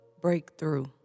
Breakthrough